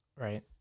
Right